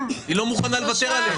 היא לא מוכנה לוותר עליהם.